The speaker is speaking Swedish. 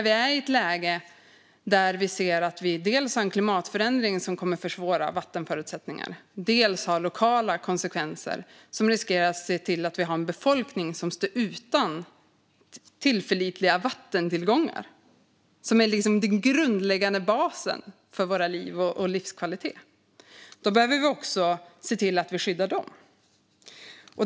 Vi är i ett läge där vi ser att vi dels har en klimatförändring som kommer att försvåra vattenförutsättningarna, dels har lokala konsekvenser som riskerar att leda till att vi har en befolkning som står utan tillförlitliga vattentillgångar, som är den grundläggande basen för våra liv och vår livskvalitet. Då behöver vi också se till att vi skyddar dem.